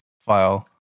file